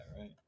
Right